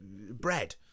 bread